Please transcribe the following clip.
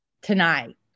tonight